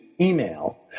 email